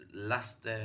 last